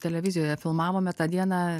televizijoje filmavome tą dieną